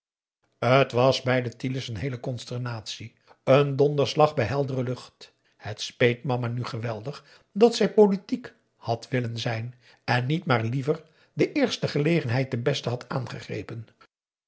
t was bij de tiele's n heele consternatie een donderslag bij heldere lucht het speet mama nu geweldig dat zij politiek had willen zijn en niet maar liever de eerste gelegenheid de beste had aangegrepen